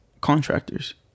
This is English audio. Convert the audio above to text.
Contractors